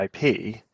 IP